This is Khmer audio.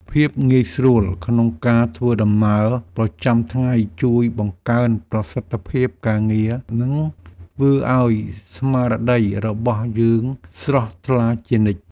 ភាពងាយស្រួលក្នុងការធ្វើដំណើរប្រចាំថ្ងៃជួយបង្កើនប្រសិទ្ធភាពការងារនិងធ្វើឱ្យស្មារតីរបស់យើងស្រស់ថ្លាជានិច្ច។